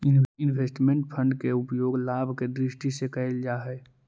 investment fund के उपयोग लाभ के दृष्टि से कईल जा हई